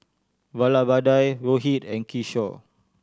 Vallabhbhai Rohit and Kishore